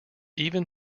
even